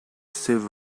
save